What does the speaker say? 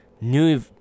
new